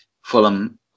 Fulham